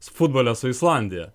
futbole su islandija